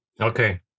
Okay